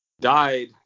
died